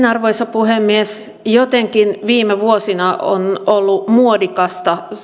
arvoisa puhemies jotenkin viime vuosina on ollut muodikasta